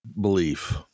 belief